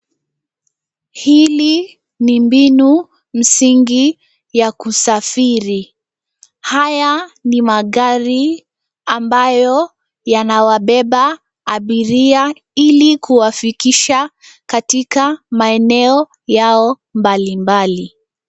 Hili ni mbinu msingi ya kusafiri. Haya ni magari ambayo yanawabeba abiria ili kuwafukisha katika maeneo yao mbalimbali.